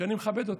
שאני מכבד אותם,